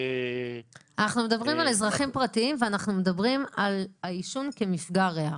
אנחנו מדברים על אזרחים פרטיים ועל העישון כמפגע ריח,